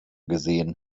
gesehen